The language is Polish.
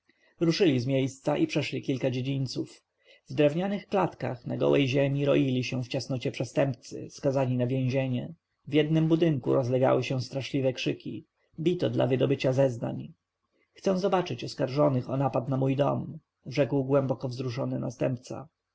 ruszyli z miejsca i przeszli kilka dziedzińców w drewnianych klatkach na gołej ziemi roili się w ciasnocie przestępcy skazani na więzienie w jednym budynku rozlegały się straszne krzyki bito dla wydobycia zeznań chcę zobaczyć oskarżonych o napad na mój dom rzekł głęboko wzruszony następca